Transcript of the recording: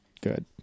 good